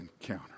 encounter